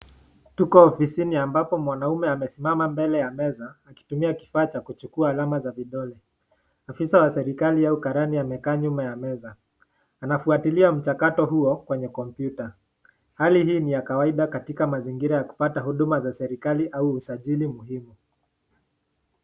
Tuko ofisini ambapo mwanaume amesimama mbele ya meza akitumia kifaa cha kuchukua alama za vidole. Afisa wa serikali au karani amekaa nyuma ya meza, anafuatilia mchakato huo kwenye kompyuta. Hali hii ni ya kawaida katika mazingira ya kupata huduma za serikali au usajili muhimu.